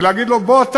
ולהגיד לו: בוא אתה,